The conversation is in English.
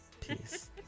Peace